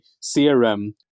CRM